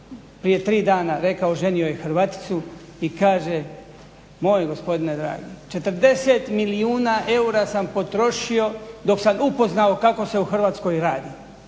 prije tri dana rekao, ženio je Hrvaticu i kaže moj gospodine dragi, 40 milijuna eura sam potrošio dok sam upoznao kako se u Hrvatskoj radi